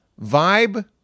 Vibe